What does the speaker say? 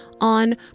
on